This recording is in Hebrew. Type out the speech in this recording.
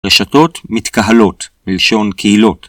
רשתות מתקהלות מלשון קהילות